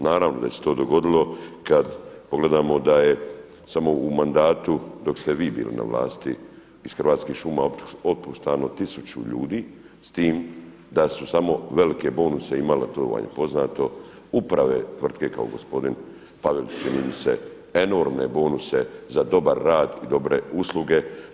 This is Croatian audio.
Naravno da se to dogodio kad pogledamo da je samo u mandatu dok ste vi bili na vlasti iz Hrvatskih šuma otpuštano tisuću ljudi s tim da su samo velike bonuse imala to vam je poznato uprave tvrtke kao gospodin Pavelić čini mi se enormne bonuse za dobar rad i dobre usluge.